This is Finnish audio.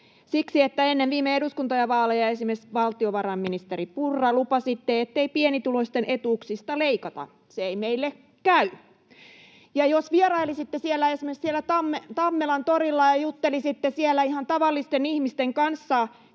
Siksi, että ennen viime eduskuntavaaleja, esimerkiksi te, valtiovarainministeri Purra, lupasitte, ettei pienituloisten etuuksista leikata: ”Se ei meille käy.” Ja jos vierailisitte esimerkiksi Tammelantorilla ja juttelisitte siellä ihan tavallisten ihmisten kanssa,